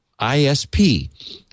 ISP